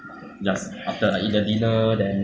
I think I will go home and continue watching my movie ah